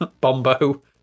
bombo